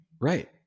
right